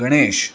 Ganesh